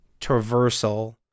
traversal